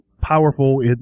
powerful